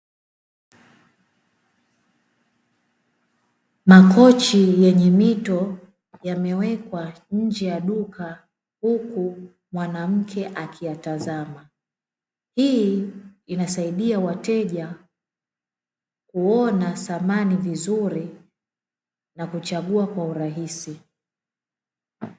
Makochi yenye mito yamewekwa nje ya duka, huku mwanamke akiyatazama, hii inasadia wateja kuona samani nzuri na kuchagua kwa urahisi.